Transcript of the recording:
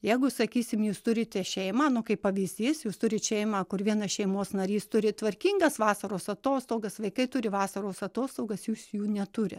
jeigu sakysim jūs turite šeimą nu kaip pavyzdys jūs turit šeimą kur vienas šeimos narys turi tvarkingas vasaros atostogas vaikai turi vasaros atostogas jūs jų neturit